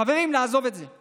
חברים, נעזוב את כל זה.